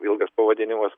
ilgas pavadinimas